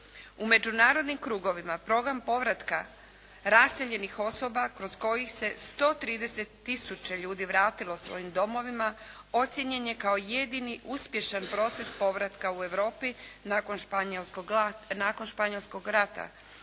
U međunarodnim krugovima Program povratka raseljenih osoba kroz kojih se 130 tisuća ljudi vratilo svojim domovima ocijenjen je kao jedini uspješan proces povratka u Europi nakon Španjolskog rata.